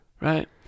Right